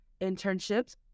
internships